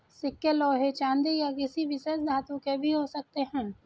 सिक्के लोहे चांदी या किसी विशेष धातु के भी हो सकते हैं